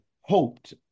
hoped